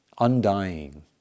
undying